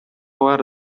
бар